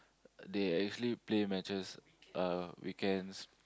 they actually play matches uh weekends